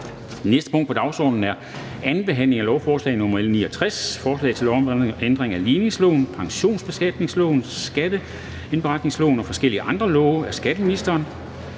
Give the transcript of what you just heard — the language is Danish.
næste punkt på dagsordenen er: 32) 2. behandling af lovforslag nr. L 69: Forslag til lov om ændring af ligningsloven, pensionsbeskatningsloven, skatteindberetningsloven og forskellige andre love. (Justering